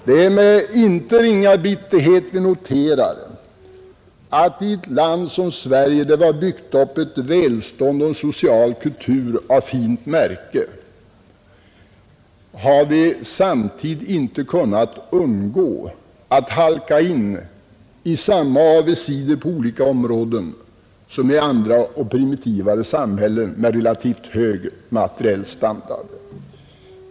Det är med inte ringa bitterhet vi noterar att vi i ett land som Sverige, där vi har byggt upp ett välstånd och en social kultur av fint märke, inte har kunnat undgå att samtidigt halka in på de avigsidor som förekommer i andra och primitivare samhällen med relativt hög materiell standard.